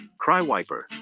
Crywiper